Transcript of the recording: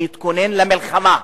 שיתכונן למלחמה,